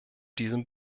diesem